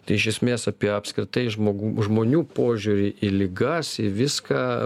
tai iš esmės apie apskritai žmogų žmonių požiūrį į ligas į viską